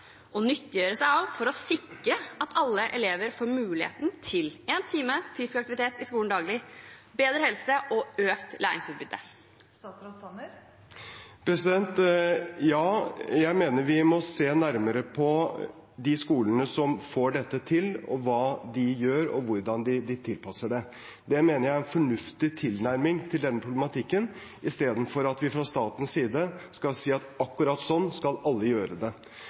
og nyttiggjøre seg for å sikre at alle elever får muligheten til én time fysisk aktivitet i skolen daglig, bedre helse og økt læringsutbytte? Ja, jeg mener vi må se nærmere på de skolene som får dette til, hva de gjør og hvordan de tilpasser det. Det mener jeg er en fornuftig tilnærming til denne problematikken i stedet for at vi fra statens side skal si at akkurat slik skal alle gjøre det.